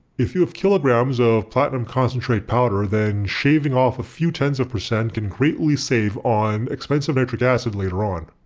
if you have kilograms of platinum concentrate powder then shaving off a few tens of percent can greatly save on expensive nitric acid later on.